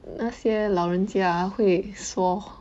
那些老人家会说